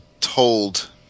told